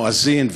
מואזין,